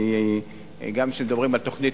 כי גם כשמדברים על תוכנית